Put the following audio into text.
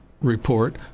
report